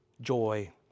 joy